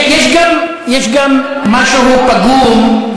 יש גם משהו פגום,